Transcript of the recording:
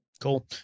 Cool